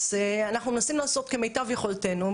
אז אנחנו מנסים לעשות כמיטב יכולתנו,